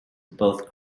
both